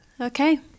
Okay